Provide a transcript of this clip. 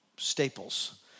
staples